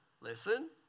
listen